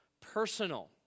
personal